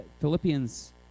Philippians